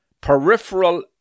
peripheral